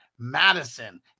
Madison